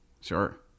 Sure